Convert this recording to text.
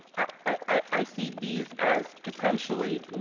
i see these as potentially